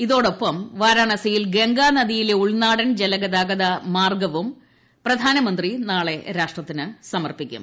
ഇതോടൊപ്പം വാരാണസിയിൽ ഗംഗ്ളന്ദ്രിയിലെ ഉൾനാടൻ ജലഗതാഗത മാർഗവും പ്രധാനമന്ത്രി നാളെ രാഷ്ട്രടത്തിന് സമർപ്പിക്കും